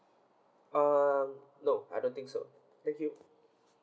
err no I don't think so thank you